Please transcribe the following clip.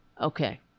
Okay